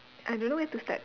I don't know where to start